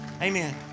Amen